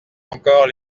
encore